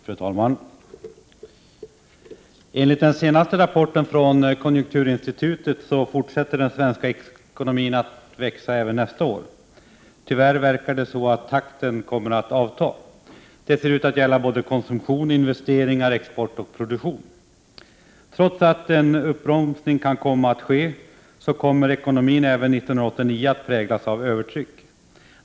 Fru talman! Enligt den senaste rapporten från konjunkturinstitutet fortsätter den svenska ekonomin att växa även nästa år, men det verkar tyvärr som om takten kommer att avta. Det gäller både konsumtion, investeringar, export och produktion. Trots att en uppbromsning kan komma att ske så kommer ekonomin även 1989 att präglas av övertryck.